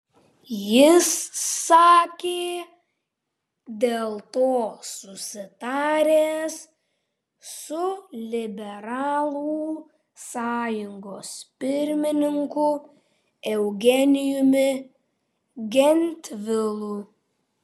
jis sakė dėl to susitaręs su liberalų sąjungos pirmininku eugenijumi gentvilu